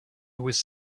was